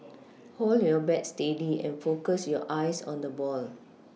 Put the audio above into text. hold your bat steady and focus your eyes on the ball